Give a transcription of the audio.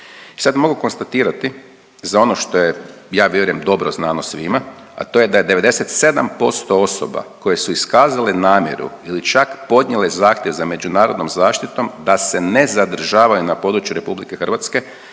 sad mogu konstatirati za ono što je ja vjerujem dobro znano svima, a to je da je 97% osoba koje su iskazale namjeru ili čak podnijele zahtjev za međunarodnom zaštitom da se ne zadržavaju na području Republike Hrvatske